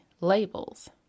labels